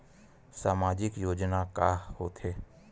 सामाजिक योजना का होथे?